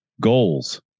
goals